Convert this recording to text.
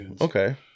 okay